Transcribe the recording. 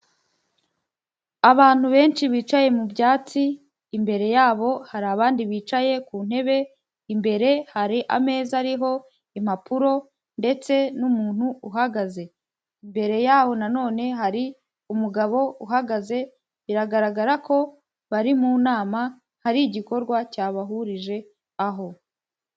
Abantu benshi bicaye mu byatsi, imbere yabo hari abandi bicaye ku ntebe, imbere hari ameza ariho impapuro ndetse n'umuntu uhagaze, imbere yaho na none hari umugabo uhagaze, biragaragara ko bari mu nama hari igikorwa cyabahurije aho.